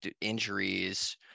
injuries